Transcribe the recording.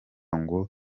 ngo